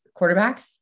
quarterbacks